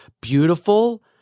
beautiful